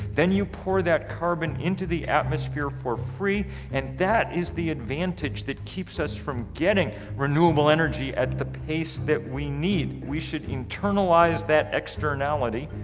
then you pour that carbon into the atmosphere for free and that is the advantage that keeps us from getting renewable energy at the pace that we need. we should internalize that externality.